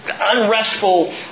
unrestful